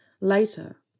Later